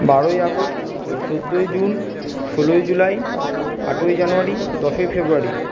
বারোই আগস্ট চোদ্দোই জুন ষোলোই জুলাই আটই জানুয়ারি দশই ফেব্রুয়ারি